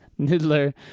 Nidler